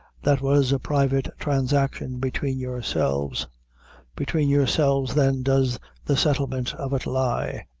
that was a private transaction between yourselves between yourselves, then, does the settlement of it lie.